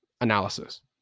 analysis